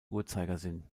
uhrzeigersinn